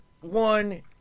one